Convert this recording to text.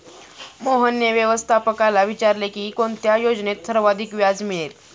मोहनने व्यवस्थापकाला विचारले की कोणत्या योजनेत सर्वाधिक व्याज मिळेल?